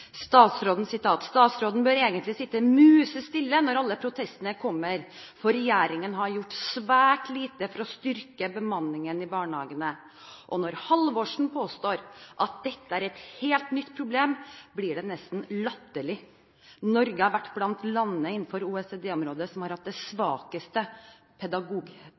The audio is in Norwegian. statsråden bør egentlig sitte musestille når alle protestene kommer, for regjeringen har gjort svært lite for å styrke bemanningen i barnehagene. Og når Halvorsen påstår at dette er et helt nytt problem, blir det nesten latterlig. Norge har vært blant landene innenfor OECD-området som har hatt den svakeste